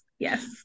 Yes